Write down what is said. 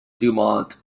dumont